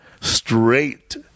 straight